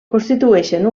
constitueixen